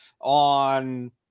on